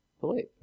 believe